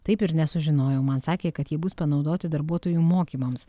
taip ir nesužinojau man sakė kad jie bus panaudoti darbuotojų mokymams